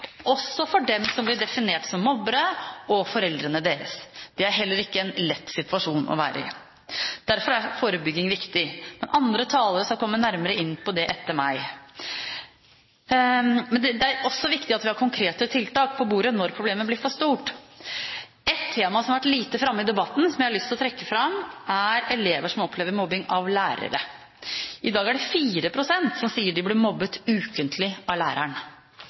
også for dem som blir definert som mobbere og foreldrene deres. Det er heller ikke en lett situasjon å være i. Derfor er forebygging viktig, men andre talere etter meg skal komme nærmere inn på det. Men det er også viktig at vi har konkrete tiltak på bordet når problemet blir for stort. Et tema som har vært lite framme i debatten, og som jeg har lyst til å trekke fram, er elever som opplever mobbing fra lærere. I dag er det 4 pst. som sier de blir mobbet ukentlig av læreren.